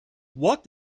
what